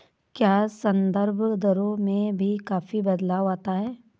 क्या संदर्भ दरों में भी काफी बदलाव आता है?